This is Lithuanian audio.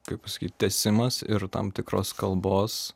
kaip pasakyt tęsimas ir tam tikros kalbos